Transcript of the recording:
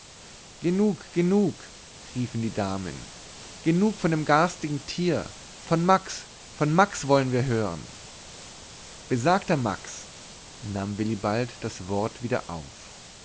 genug genug riefen die damen genug von dem garstigen tier von max von max wollen wir hören besagter max nahm willibald das wort wieder auf